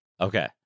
Okay